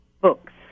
books